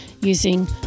using